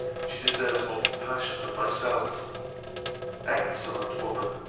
she deserves more compassion than myself excellent woman!